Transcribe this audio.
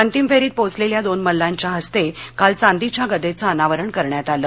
अंतिम फेरीत पोहोचलेल्या दोन मल्लांच्या हस्ते काल चांदीच्या गदेचं आनावरण करण्यात आल